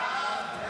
ההצעה להעביר